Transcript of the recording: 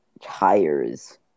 Tires